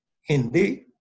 Hindi